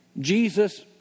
Jesus